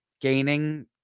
gaining